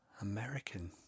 American